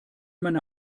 meine